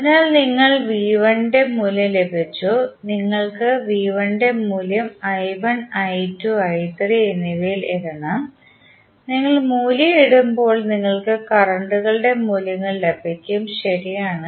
അതിനാൽ നിങ്ങൾക്ക് ന്റെ മൂല്യം ലഭിച്ചു നിങ്ങൾ ന്റെ മൂല്യം എന്നിവയിൽ ഇടണം നിങ്ങൾ മൂല്യം ഇടുമ്പോൾ നിങ്ങൾക്ക് കറണ്ട്കളുടെ മൂല്യങ്ങൾ ലഭിക്കും ശരിയാണ്